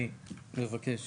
אני מבקש